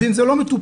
ואם זה לא מטופל,